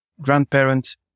grandparents